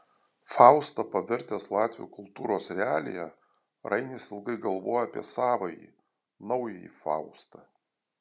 faustą pavertęs latvių kultūros realija rainis ilgai galvojo apie savąjį naująjį faustą